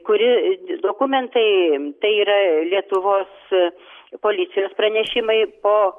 kuri dokumentai tai yra lietuvos policijos pranešimai po